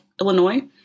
Illinois